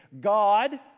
God